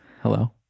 Hello